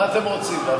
מה אתם רוצים?